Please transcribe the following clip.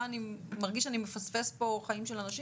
אני מרגיש שאני מפספס פה חיים של אנשים.